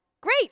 Great